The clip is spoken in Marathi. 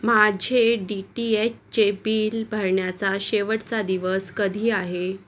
माझे डी टी एचचे बिल भरण्याचा शेवटचा दिवस कधी आहे